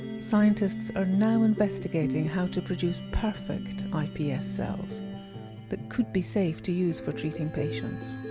scientists are now investigating how to produce perfect ips cells that could be safe to use for treating patients.